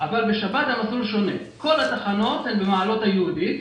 אבל בשבת המסלול שונה כל התחנות הן במעלות היהודית,